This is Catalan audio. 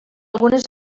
algunes